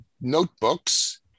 notebooks